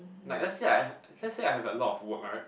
like let's say I have let's say I have a lot of work right